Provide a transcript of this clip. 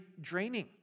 draining